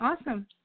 awesome